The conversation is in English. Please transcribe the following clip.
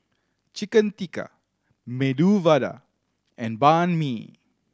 Chicken Tikka Medu Vada and Banh Mi